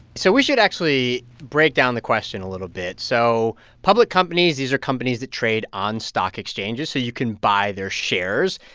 so we should actually break down the question a little bit. so public companies these are companies that trade on stock exchanges, so you can buy their shares.